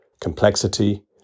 complexity